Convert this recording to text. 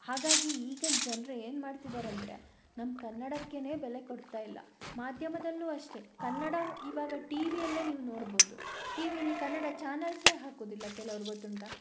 ಹಾಗಾಗಿ ಈಗಿನ ಜನರು ಏನು ಮಾಡ್ತಿದಾರೆ ಅಂದರೆ ನಮ್ಮ ಕನ್ನಡಕ್ಕೇ ಬೆಲೆ ಕೊಡ್ತಾ ಇಲ್ಲ ಮಾಧ್ಯಮದಲ್ಲೂ ಅಷ್ಟೇ ಕನ್ನಡ ಇವಾಗ ಟಿ ವಿಯಲ್ಲೇ ನೀವು ನೋಡ್ಬೌದು ಟಿ ವಿಯಲ್ಲಿ ಕನ್ನಡ ಚಾನೆಲ್ಸೆ ಹಾಕುವುದಿಲ್ಲ ಕೆಲವ್ರು ಗೊತ್ತುಂಟಾ